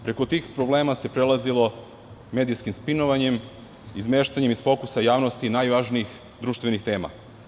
Preko tih problema se prelazimo medijskim spinovanjem, izmeštanjem iz fokusa javnosti najvažnijih društvenih tema.